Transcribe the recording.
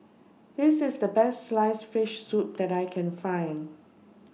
This IS The Best Sliced Fish Soup that I Can Find